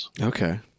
Okay